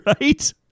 right